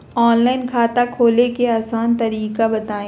Online खाता खोले के आसान तरीका बताए?